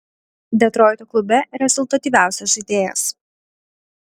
detroito klube rezultatyviausias žaidėjas